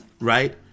Right